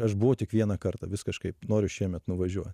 aš buvau tik vieną kartą vis kažkaip noriu šiemet nuvažiuot